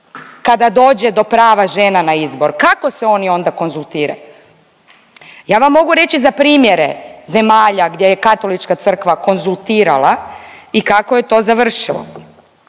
kada dođe do prava žena na izbor, kako se oni onda konzultiraju? Ja vam mogu reći za primjere zemalja gdje je Katolička crkva konzultirala i kako je to završila,